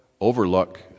overlook